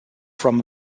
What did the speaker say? from